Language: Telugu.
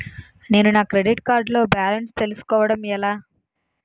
నేను నా క్రెడిట్ కార్డ్ లో బాలన్స్ తెలుసుకోవడం ఎలా?